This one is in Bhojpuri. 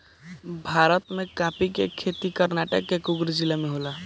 भारत में काफी के खेती कर्नाटक के कुर्ग जिला में होला